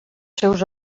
seus